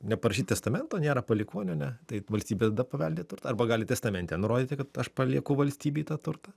neparašyt testamento nėra palikuonių ane tai valstybė paveldėja arba gali testamente nurodyti kad aš palieku valstybei tą turtą